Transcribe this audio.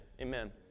Amen